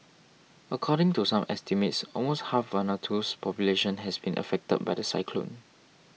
according to some estimates almost half Vanuatu's population has been affected by the cyclone